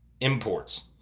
imports